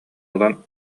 ылан